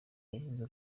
yavuze